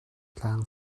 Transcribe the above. tlang